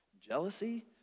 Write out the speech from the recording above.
Jealousy